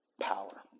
power